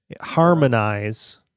Harmonize